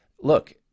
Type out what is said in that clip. Look